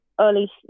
early